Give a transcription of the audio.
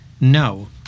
No